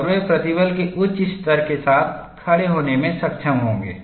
और वे प्रतिबल के उच्च स्तर के साथ खड़े होने में सक्षम होंगे